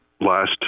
last